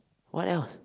what else